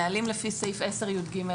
נהלים לפי סעיף 10יג(ד).